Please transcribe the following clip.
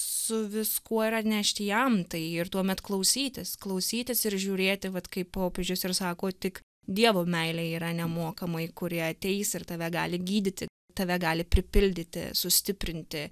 su viskuo ir atnešti jam tai ir tuomet klausytis klausytis ir žiūrėti vat kaip popiežius ir sako tik dievo meilė yra nemokamai kuri ateis ir tave gali gydyti tave gali pripildyti sustiprinti